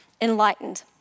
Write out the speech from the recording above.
enlightened